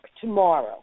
tomorrow